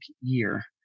year